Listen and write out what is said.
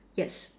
yes